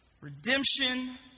Redemption